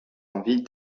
envie